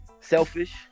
selfish